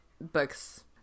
books